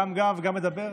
גם גב וגם מדבר?